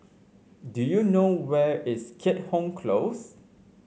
do you know where is Keat Hong Close